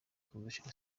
convention